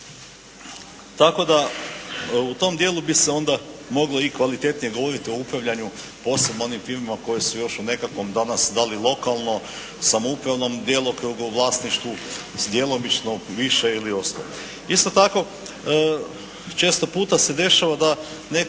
Tako da u tom dijelu bi se onda moglo i kvalitetnije govoriti o upravljanju posebno o onim firmama koje su još u nekakvom danas da li lokalno, samoupravnom djelokrugu u vlasništvu s djelomično, više ili ostalo. Isto tako često puta se dešava da